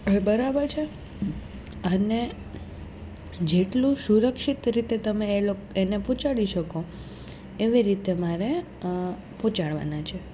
બરાબર છે અને જેટલું સુરક્ષિત રીતે તમે એ લોક એને પહોંચાડી શકો એવી રીતે મારે પહોંચાડવાના છે